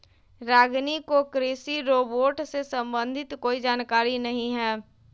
रागिनी को कृषि रोबोट से संबंधित कोई जानकारी नहीं है